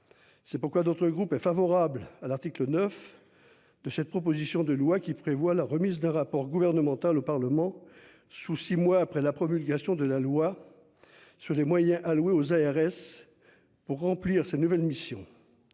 C'est pourquoi d'autres groupes est favorable à l'article 9. De cette proposition de loi qui prévoit la remise d'un rapport gouvernemental au Parlement sous 6 mois après la promulgation de la loi. Sur les moyens alloués aux ARS. Pour remplir ses nouvelles missions.